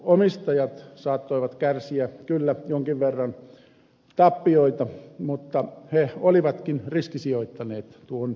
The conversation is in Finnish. omistajat saattoivat kärsiä kyllä jonkin verran tappioita mutta he olivatkin riskisijoittaneet tuohon pankkiin